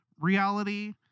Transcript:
reality